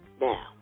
now